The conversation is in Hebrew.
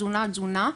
תזונה ותזונה,